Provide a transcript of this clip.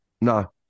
No